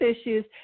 issues